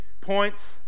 points